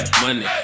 money